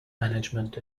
management